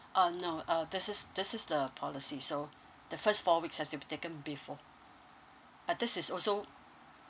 uh no uh this is this is the policy so the first four weeks has to be taken before uh this is also